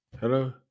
Hello